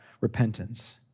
repentance